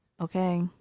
Okay